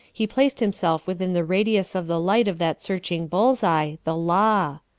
he placed himself within the radius of the light of that searching bull's-eye, the law.